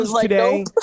today